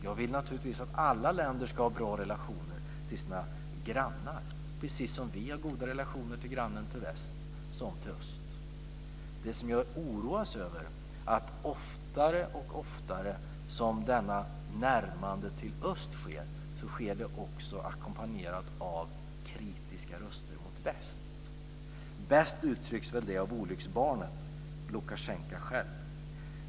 Jag vill naturligtvis att alla länder ska ha goda relationer till sina grannar, precis som vi har goda relationer till grannen i såväl väst som öst. Det jag oroas av är att oftare och oftare när detta närmande till öst sker ackompanjeras det av röster kritiska mot väst. Bäst uttrycks det väl av olycksbarnet Lukasjenko själv.